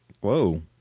Whoa